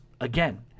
again